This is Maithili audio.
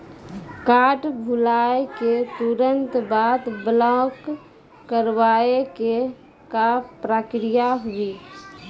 कार्ड भुलाए के तुरंत बाद ब्लॉक करवाए के का प्रक्रिया हुई?